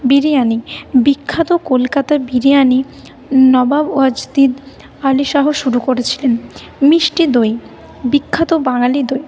বিরিয়ানি বিখ্যাত কলকাতা বিরিয়ানি নবাব ওয়াজদিদ আলি শাহ শুরু করেছিলেন মিষ্টি দই বিখ্যাত বাঙালি দই